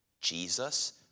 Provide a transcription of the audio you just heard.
Jesus